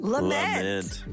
Lament